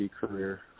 career